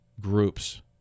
groups